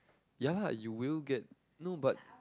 ya lah you will get no but